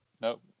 nope